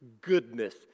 goodness